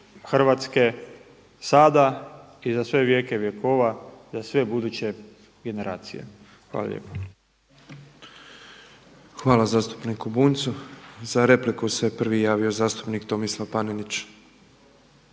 Hrvatske sada i za sve vjeke vjekova za sve buduće generacije. Hvala lijepa. **Petrov, Božo (MOST)** Hvala zastupniku Bunjcu. Za repliku se prvi javio zastupnik Tomislav Panenić.